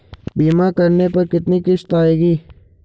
बीमा करने पर कितनी किश्त आएगी?